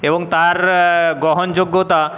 এবং তার গ্রহণযোগ্যতা